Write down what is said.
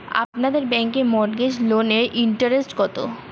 আপনাদের ব্যাংকে মর্টগেজ লোনের ইন্টারেস্ট কত?